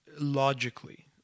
logically